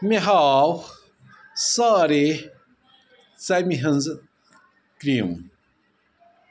مےٚ ہاو سٲری ژمہِ ہِنٛزٕ کرٛیٖم